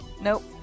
Nope